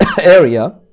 area